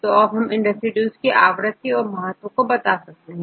तो अब हम इन रेसिड्यूज की आवृत्ति और महत्व को बता सकते हैं